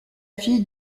fille